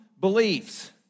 beliefs